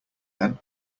then